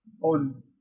on